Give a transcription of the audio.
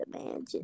imagine